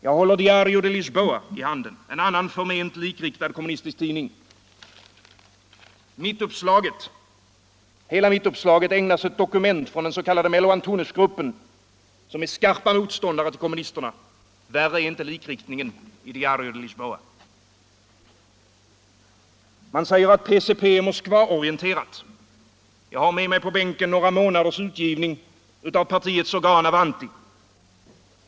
Jag håller Diario de Lisboa i handen — en annan förment likriktad kommunistisk tidning. Hela mittuppslaget ägnas ett dokument från den s.k. Melo Antunes-gruppen, vars medlemmar är skarpa motståndare till kommunisterna. Värre är inte likriktningen i Diario de Lisboa. Man säger att PCP är moskvaorienterat. Jag har med mig på bänken några månaders utgivning av partiets organ Avante.